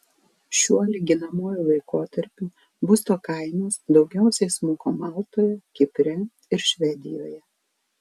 šiuo lyginamuoju laikotarpiu būsto kainos daugiausiai smuko maltoje kipre ir švedijoje